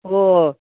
ও